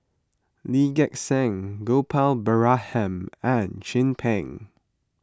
Lee Gek Seng Gopal Baratham and Chin Peng